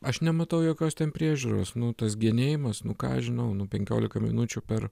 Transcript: aš nematau jokios ten priežiūros nu tas genėjimas nu ką aš žinau nu penkiolika minučių per